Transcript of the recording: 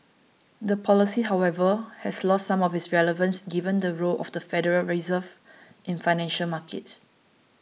the policy however has lost some of its relevance given the role of the Federal Reserve in financial markets